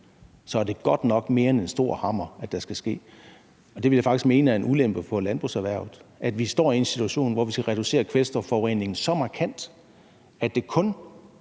så skal man godt nok bruge mere end en stor hammer. Og det vil jeg faktisk mene er en ulempe for landbrugserhvervet, altså at vi står i en situation, hvor vi skal reducere kvælstofforureningen så markant, at det kun